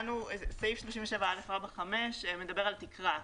סעיף 37א5 מדבר על תקרה,